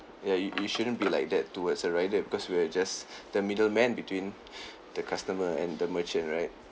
ya you you shouldn't be like that towards a rider because we're just the middleman between the customer and the merchant right